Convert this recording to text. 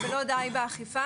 ולא די באכיפה